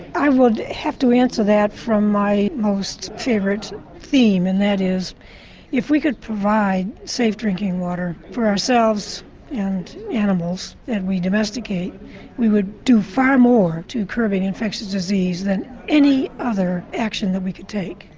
i would have to answer that from my most favourite theme and that is if we could provide safe drinking water for ourselves and animals that we domesticate we would do far more to curbing infectious disease than any other action that we could take.